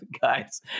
Guys